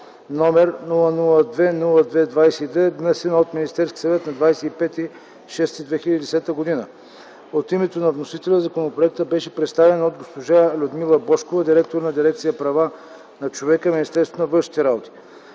№ 002 02 22, внесен от Министерския съвет на 25 юни 2010 г. От името на вносителя законопроектът беше представен от госпожа Людмила Божкова – директор на Дирекция „Права на човека” в Министерството на външните работи.